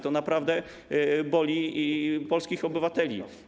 To naprawdę boli polskich obywateli.